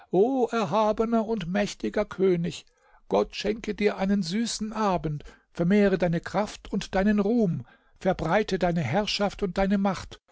erhabener und mächtiger könig gott schenke dir einen süßen abend vermehre deine kraft und deinen ruhm verbreite deine herrschaft und deine macht